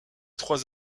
trois